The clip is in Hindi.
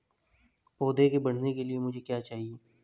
पौधे के बढ़ने के लिए मुझे क्या चाहिए?